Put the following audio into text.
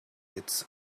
its